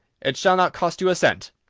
it shall not cost you a cent.